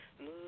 move